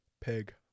Pig